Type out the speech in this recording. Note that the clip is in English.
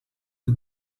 the